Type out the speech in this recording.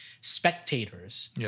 spectators